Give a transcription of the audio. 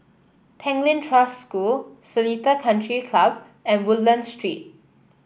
Tanglin Trust School Seletar Country Club and Woodlands Street